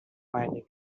finding